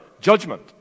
judgment